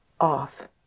off